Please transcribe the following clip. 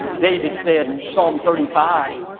david said in psalm thirty five,